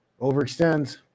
overextends